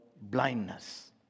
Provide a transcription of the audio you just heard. blindness